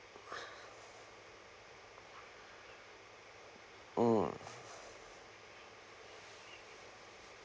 mm